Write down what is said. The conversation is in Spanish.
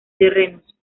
terrenos